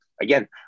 Again